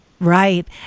Right